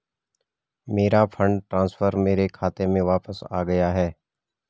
मेरा fund transfer मेरे खाते में वापस आ गया है